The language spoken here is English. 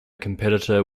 competitor